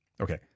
Okay